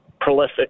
prolific